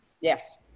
yes